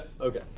okay